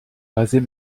raser